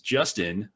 Justin